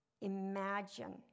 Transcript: Imagine